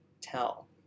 tell